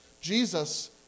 Jesus